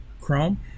Chrome